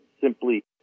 simply